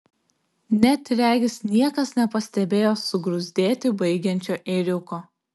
net regis niekas nepastebėjo sugruzdėti baigiančio ėriuko